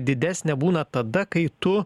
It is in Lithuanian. didesnė būna tada kai tu